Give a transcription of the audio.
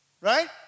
Right